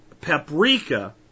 paprika